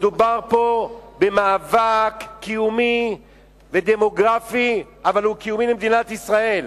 מדובר פה במאבק קיומי ודמוגרפי אבל הוא קיומי למדינת ישראל.